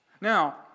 Now